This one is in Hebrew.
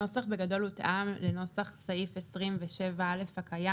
הנוסח בגדול הותאם לנוסח סעיף 27א הקיים